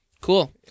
cool